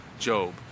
Job